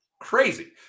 Crazy